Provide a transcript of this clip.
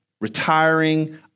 retiring